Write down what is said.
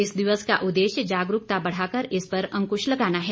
इस दिवस का उद्देश्य जागरूकता बढ़ाकर इस पर अंकृश लगाना है